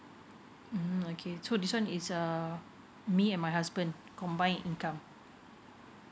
mm okay so this one is um me and my husband combine income